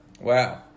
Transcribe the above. Wow